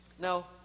Now